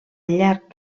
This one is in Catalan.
llarg